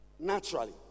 Naturally